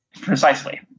precisely